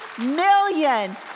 million